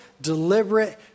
deliberate